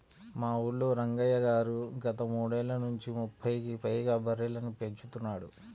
మా ఊల్లో రంగయ్య గారు గత మూడేళ్ళ నుంచి ముప్పైకి పైగా బర్రెలని పెంచుతున్నాడు